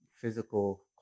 physical